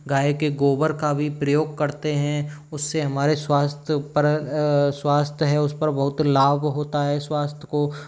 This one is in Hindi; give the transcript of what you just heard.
गाय के गोबर का भी प्रयोग करते हैं उससे हमारे स्वास्थ्य पर स्वास्थ्य है उस पर बहुत लाभ होता है स्वास्थ्य को